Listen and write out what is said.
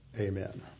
Amen